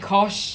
dee kosh